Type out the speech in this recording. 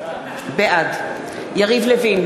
בעד יריב לוין,